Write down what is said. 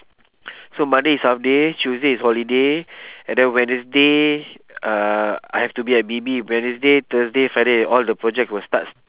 so monday is half day tuesday is holiday and then wednesday uh I have to be at B_B wednesday thursday friday all the project will start